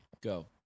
Go